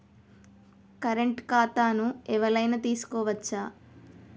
Current ఖాతాను ఎవలైనా తీసుకోవచ్చా?